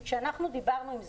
כי כשאנחנו דיברנו עם זוגות,